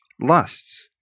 lusts